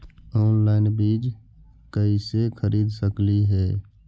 Online बीज कईसे खरीद सकली हे?